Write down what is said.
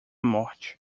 morte